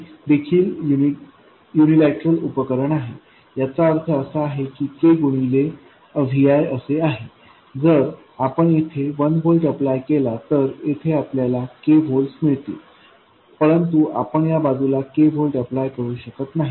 हे देखील यूनिलैटरल उपकरण आहे याचा अर्थ असा की हे k गुणिले Viअसे आहे जर आपण येथे 1 व्होल्ट अप्लाय केला तर येथे आपल्याला k व्होल्ट्स मिळतील परंतु आपण या बाजूला k व्होल्ट अप्लाय करू शकत नाही